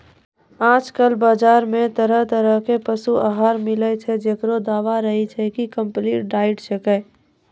आजकल बाजार मॅ तरह तरह के पशु आहार मिलै छै, जेकरो दावा रहै छै कि कम्पलीट डाइट छेकै